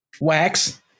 Wax